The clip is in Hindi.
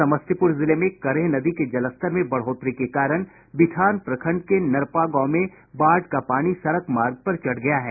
समस्तीपुर जिले में करेह नदी के जलस्तर में बढ़ोतरी के कारण बिठान प्रखंड के नरपा गांव में बाढ़ का पानी सड़क मार्ग पर चढ़ गया है